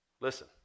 Listen